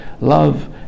love